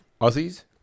Aussies